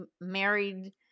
married